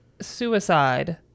suicide